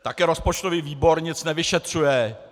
Také rozpočtový výbor nic nevyšetřuje.